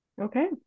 Okay